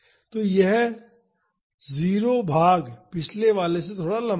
तो यह 0 भाग पिछले वाले से थोड़ा लंबा है